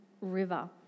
River